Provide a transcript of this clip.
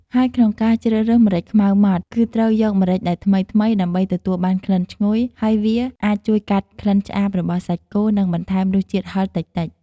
ហើយក្នុងការជ្រើសរើសម្រេចខ្មៅម៉ដ្ឋ គឺត្រូវយកម្រេចដែលថ្មីៗ ដើម្បីទទួលបានក្លិនឈ្ងុយ ហើយវាអាចជួយកាត់ក្លិនឆ្អាបរបស់សាច់គោ និងបន្ថែមរសជាតិហឹរតិចៗ។។